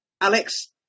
Alex